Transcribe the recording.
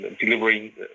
delivering